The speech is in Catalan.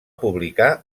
publicar